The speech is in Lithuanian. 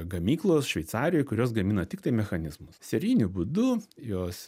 gamyklos šveicarijoj kurios gamina tiktai mechanizmus serijiniu būdu jos